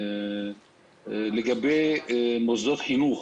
לגבי מוסדות חינוך